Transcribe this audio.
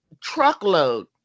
truckload